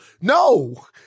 No